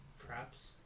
traps